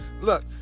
Look